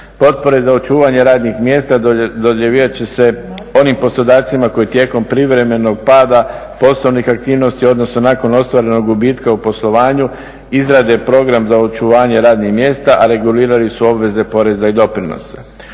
Potpore za očuvanje radnih mjesta dodjeljivati će se onim poslodavcima koji tijekom privremenog pada poslovnih aktivnosti odnosno nakon ostvarenog gubitka u poslovanju izrade program za očuvanje radnih mjesta a regulirali su obveze poreza i doprinosa.